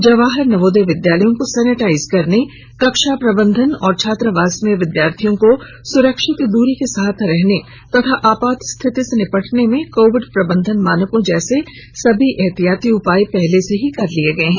जवाहर नवोदय विद्यालयों को सेनेटाइज करने कक्षा प्रबंधन और छात्रावास में विद्यार्थियों को सुरक्षित दूरी के साथ रहने तथा आपात स्थिति से निपटने में कोविड प्रबंधन मानकों जैसे सभी एहतियाती उपाय पहले ही कर लिये गए हैं